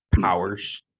Powers